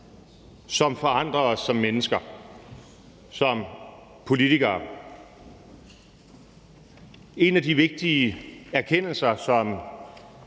som forandrer os som mennesker, som politikere. En af de vigtige erkendelser, som